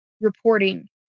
reporting